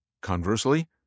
Conversely